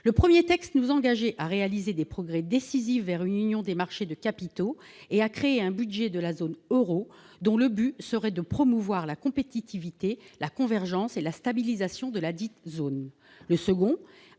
le 1er texte nous engager à réaliser des progrès décisifs vers une union des marchés de capitaux et à créer un budget de la zone Euro, dont le but serait de promouvoir la compétitivité, la convergence et la stabilisation de la dite zone le second